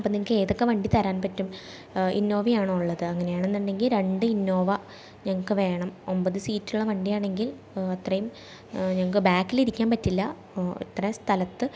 അപ്പം നിങ്ങൾക്ക് ഏതൊക്കെ വണ്ടി തരാൻ പറ്റും ഇന്നോവയാണോ ഉള്ളത് അങ്ങനെയാണെന്നുണ്ടെങ്കിൽ രണ്ട് ഇന്നോവ ഞങ്ങൾക്ക് വേണം ഒമ്പത് സീറ്റുള്ള വണ്ടി ആണെങ്കിൽ അത്രയും ഞങ്ങൾക്ക് ബാക്കിലിരിക്കാൻ പറ്റില്ല ഇത്രയും സ്ഥലത്ത്